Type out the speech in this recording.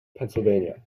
pennsylvania